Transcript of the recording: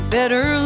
Better